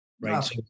right